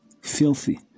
filthy